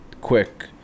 quick